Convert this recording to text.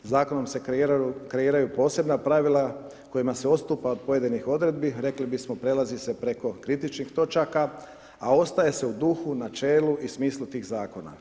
Zakonom se kreiraju posebna pravila kojima se odstupa od pojedinih odredbi, rekli bismo, prelazi se preko kritičnih točaka, a ostaje se u duhu, načelu i smislu tih zakona.